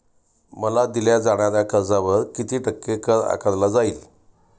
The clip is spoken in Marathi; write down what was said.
मला दिल्या जाणाऱ्या कर्जावर किती टक्के कर आकारला जाईल?